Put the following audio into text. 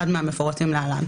אחד מהמפורטים להלן,